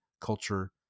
culture